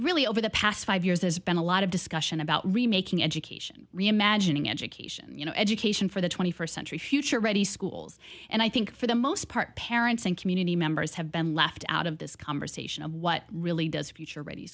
really over the past five years there's been a lot of discussion about remaking education reimagining education you know education for the twenty first century future ready schools and i think for the most part parents and community members have been left out of this conversation of what really does future ready